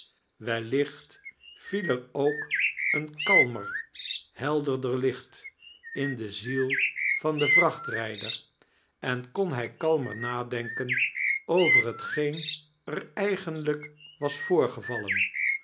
wellioht viel er ook een kalmer helderder licht in de ziel van den vrachtrijder en kon hij kalmer nadenken over hetgeen er eigenlijk was voorgevallen